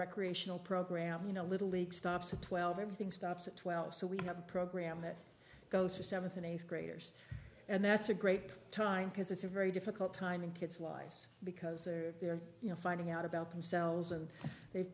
recreational program you know little league stops at twelve everything stops at twelve so we have a program that goes for seventh and eighth graders and that's a great time because it's a very difficult time in kids lives because they're they're finding out about themselves and they